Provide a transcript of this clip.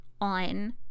on